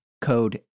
code